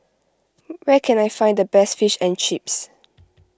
where can I find the best Fish and Chips